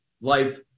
life